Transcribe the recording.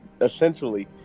essentially